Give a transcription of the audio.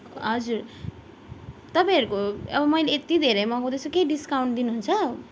हजुर तपाईँहरूको अब मैले यति धेरै मगाउँदैछु केही डिस्काउन्ट दिनुहुन्छ